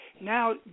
now